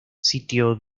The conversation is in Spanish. sitio